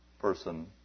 person